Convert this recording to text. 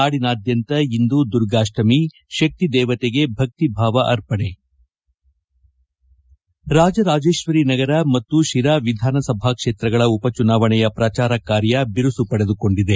ನಾಡಿನಾದ್ಯಂತ ಇಂದು ದುರ್ಗಾಷ್ಟಮಿ ಶಕ್ತಿ ದೇವತೆಗೆ ಭಕ್ತಿ ಭಾವ ಅರ್ಪಣೆ ರಾಜರಾಜೇಶ್ವರಿನಗರ ಮತ್ತು ಶಿರಾ ವಿಧಾನಸಭಾ ಕ್ಷೇತ್ರಗಳ ಉಪ ಚುನಾವಣೆಯ ಪ್ರಜಾರ ಕಾರ್ಯ ಬಿರುಸು ಪಡೆದುಕೊಂಡಿದೆ